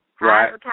Right